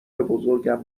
بزرگم